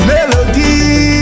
Melody